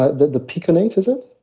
ah the the piconate, is it?